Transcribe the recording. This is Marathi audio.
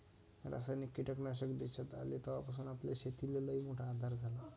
रासायनिक कीटकनाशक देशात आले तवापासून आपल्या शेतीले लईमोठा आधार झाला